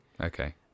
Okay